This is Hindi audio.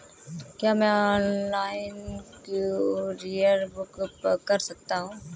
क्या मैं ऑनलाइन कूरियर बुक कर सकता हूँ?